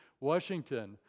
Washington